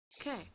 Okay